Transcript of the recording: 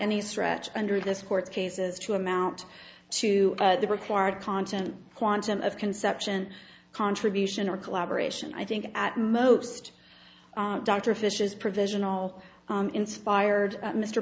any stretch under this court cases to amount to the required content quantum of conception contribution or collaboration i think at most dr fish's provisional inspired mr